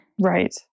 Right